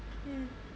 mm